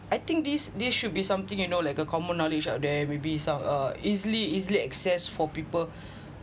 I think this this should be something you know like a common knowledge out there may be some uh easily easily access for people